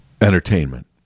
entertainment